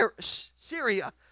Syria